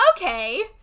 okay